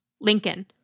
Lincoln